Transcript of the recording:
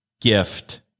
gift